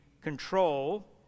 control